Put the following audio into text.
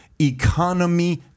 economy